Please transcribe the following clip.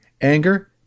anger